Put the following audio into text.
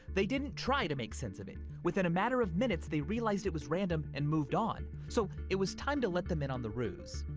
they didn't try to make sense of it. within a matter of minutes, they realized it was random and moved on. so it was time to let them in on the ruse.